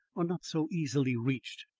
are not so easily reached.